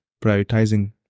prioritizing